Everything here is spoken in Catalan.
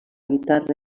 guitarra